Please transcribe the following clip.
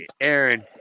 Aaron